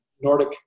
Nordic